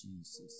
Jesus